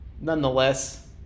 Nonetheless